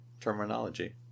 terminology